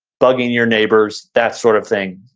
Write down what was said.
bugging your neighbors, that sort of thing.